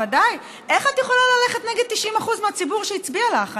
איך את יכולה ללכת נגד 90% מהציבור שהצביע לך?